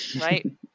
right